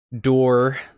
door